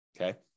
Okay